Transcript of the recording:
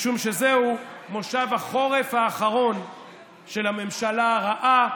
משום שזהו מושב החורף האחרון של הממשלה הרעה,